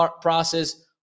process